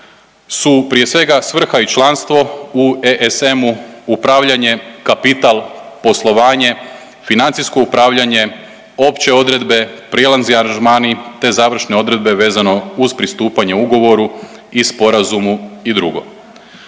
su prije svega svrha i članstvo u ESM-u, upravljanje, kapital, poslovanje, financijsko upravljanje, opće odredbe, prijelazni aranžmani te završne odredbe vezano uz pristupanje ugovoru i sporazumu i drugo.